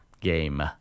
game